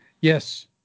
Yes